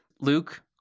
Luke